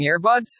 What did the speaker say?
earbuds